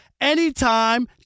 anytime